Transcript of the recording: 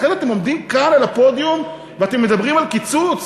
ואחרי זה אתם עומדים כאן על הפודיום ואתם מדברים על קיצוץ?